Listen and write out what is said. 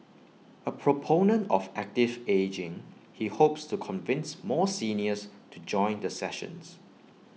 A proponent of active ageing he hopes to convince more seniors to join the sessions